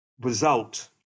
result